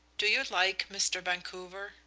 do you like mr. vancouver?